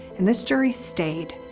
and this jury stayed.